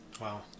Wow